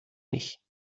mich